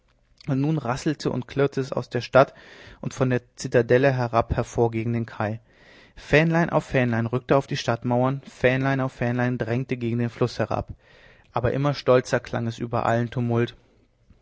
und nun rasselte und klirrte es aus der stadt und von der zitadelle herab hervor gegen den kai fähnlein auf fähnlein rückte auf die stadtmauern fähnlein auf fähnlein drängte gegen den fluß herab aber immer stolzer klang es über allen tumult